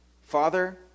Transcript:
Father